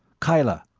kyla,